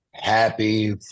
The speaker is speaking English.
happy